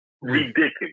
Ridiculous